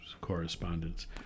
correspondence